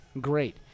great